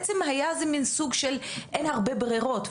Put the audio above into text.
בעצם היה סוג של אין הרבה ברירות,